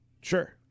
Sure